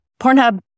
Pornhub